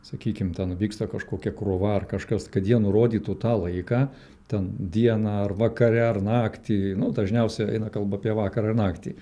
sakykim ten vyksta kažkokia krova ar kažkas kad jie nurodytų tą laiką ten dieną ar vakare ar naktį nu dažniausiai eina kalba apie vakarą ir naktį